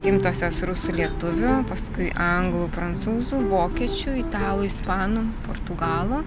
gimtosios rusų lietuvių paskui anglų prancūzų vokiečių italų ispanų portugalų